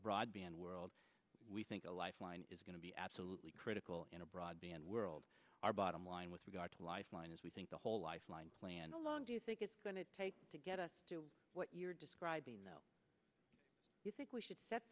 broadband world we think the lifeline is going to be absolutely critical in a broadband world our bottom line with regard to lifeline is we think the whole lifeline plan alone do you think it's going to take to get us to do what you're describing that you think we should set